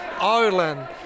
Ireland